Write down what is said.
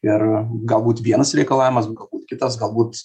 ir galbūt vienas reikalavimas galbūt kitas galbūt